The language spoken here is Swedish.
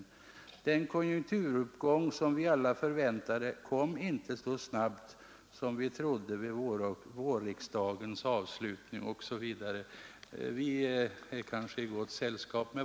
Den konjunkturuppgång som vi alla förväntade kom inte så snabbt som vi trodde vid vårriksdagens avslutning”, osv. Vi inom vårt parti är tydligen i gott sällskap.